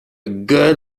good